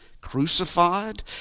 crucified